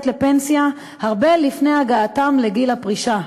לפנסיה הרבה לפני הגעתם לגיל הפרישה,